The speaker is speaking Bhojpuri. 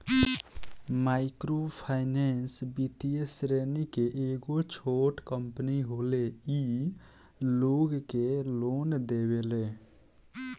माइक्रो फाइनेंस वित्तीय श्रेणी के एगो छोट कम्पनी होले इ लोग के लोन देवेले